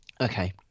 Okay